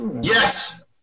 Yes